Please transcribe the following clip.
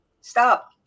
Stop